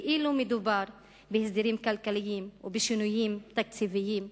כאילו מדובר בהסדרים כלכליים ובשינויים תקציביים מינוריים.